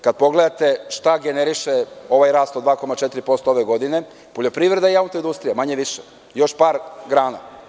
Kada pogledate šta generiše ovaj rast od 2,4% ove godine to su poljoprivreda i auto industrija i manje više još par grana.